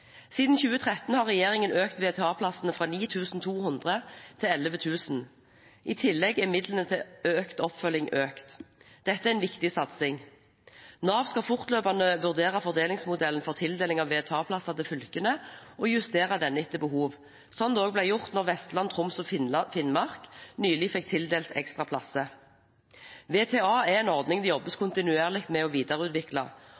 Siden 2013 har regjeringen økt antallet VTA-plasser fra 9 200 til 11 000. I tillegg er midlene til mer oppfølging økt. Dette er en viktig satsing. Nav skal fortløpende vurdere fordelingsmodellen for tildeling av VTA-plasser til fylkene og justere denne etter behov, slik det ble gjort da Vestland, Troms og Finnmark nylig fikk tildelt ekstra plasser. VTA er en ordning det jobbes